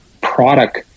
product